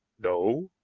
no,